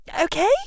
okay